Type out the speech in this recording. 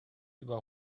über